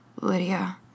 Lydia